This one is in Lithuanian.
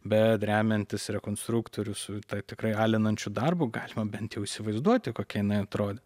bet remiantis konstruktorius tai tikrai alinančiu darbu galima bent jau įsivaizduoti kokia jinai atrodė